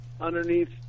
underneath